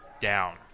down